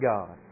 God